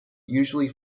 usually